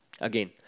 Again